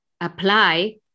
apply